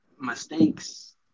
mistakes